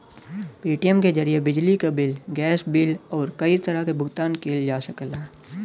Paytm के जरिये बिजली क बिल, गैस बिल आउर कई तरह क भुगतान किहल जा सकला